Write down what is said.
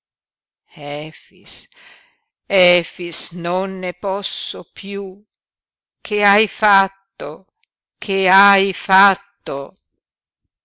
gemendo efix efix non ne posso piú che hai fatto che hai fatto